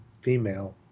female